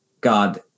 God